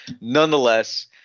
Nonetheless